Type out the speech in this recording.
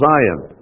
Zion